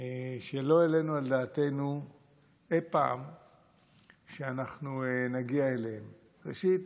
שלא העלינו על דעתנו אי פעם שאנחנו נגיע אליהם: ראשית,